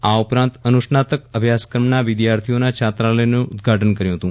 આ ઉપરાંત અનુસ્નાતક અભ્યાસક્રમના વિદ્યાર્થીઓના છાત્રાલયનું ઉદઘાટન કર્યું હતું